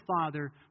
father